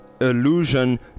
illusion